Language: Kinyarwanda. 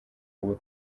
ubu